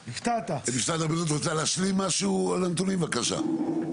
משרד הבריאות רוצה להשלים משהו על הנתונים בבקשה.